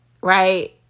right